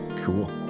cool